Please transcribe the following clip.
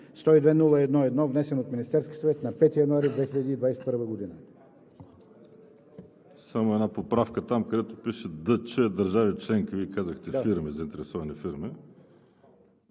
102-01-1, внесен от Министерския съвет на 5 януари 2021 г.“